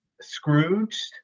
Scrooge